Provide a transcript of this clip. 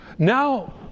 Now